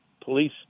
police